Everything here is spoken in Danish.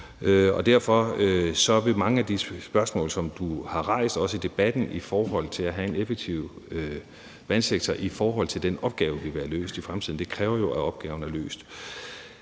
Derfor vil mange af de spørgsmål, som du har rejst, også i debatten, i forhold til at have en effektiv vandsektor i forhold til den opgave, vi vil have løst i fremtiden, jo kræve, at opgaven er løst.